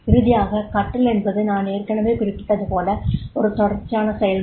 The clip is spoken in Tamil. இறுதியாக கற்றல் என்பது நான் ஏற்கெனவே குறிப்பிட்டது போல ஒரு தொடர்ச்சியான செயல்முறை